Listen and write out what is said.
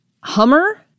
Hummer